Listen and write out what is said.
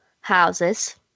houses